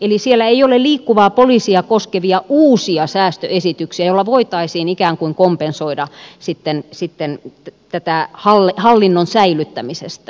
eli siellä ei ole liikkuvaa poliisia koskevia uusia säästöesityksiä joilla voitaisiin ikään kuin kompensoida sitten tätä hallinnon säilyttämistä